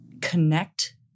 connect